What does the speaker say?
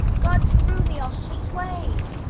god frew me off the twain,